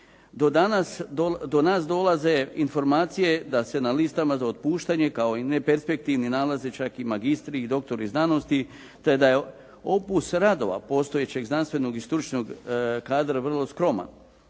Do nas dolaze informacije da se na listama za otpuštanje, kao neperspektivni nalaze čak i magistri i doktori znanosti te da je opus radova postojećeg znanstvenog i stručnog kadra vrlo skroman.